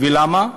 ולמה?